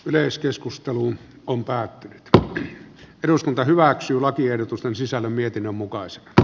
yleiskeskusteluun on päätti tuolloin eduskunta hyväksyy lakiehdotusten sisällön mietinnön mukaiset r